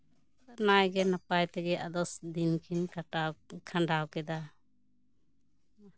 ᱱᱟᱭ ᱜᱮ ᱱᱟᱯᱟᱭ ᱛᱮᱜᱮ ᱟᱫᱚ ᱫᱤᱱ ᱠᱤᱱ ᱠᱷᱟᱴᱟᱣ ᱟᱠᱤᱱ ᱠᱷᱟᱰᱟᱣ ᱠᱮᱫᱟ